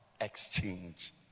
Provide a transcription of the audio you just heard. Exchange